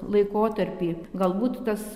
laikotarpį galbūt tas